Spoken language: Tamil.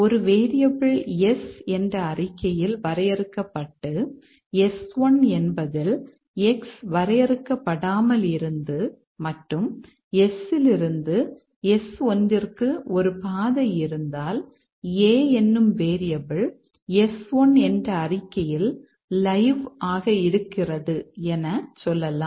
ஒரு வேரியபிள் S என்ற அறிக்கையில் வரையறுக்கப்பட்டு S1 என்பதில் X வரையறுக்க படாமல் இருந்து மற்றும் S இலிருந்து S1 க்கு ஒரு பாதை இருந்தால் a என்னும் வேரியபிள் S1 என்ற அறிக்கையில் லைவ் ஆக இருக்கிறது என சொல்லலாம்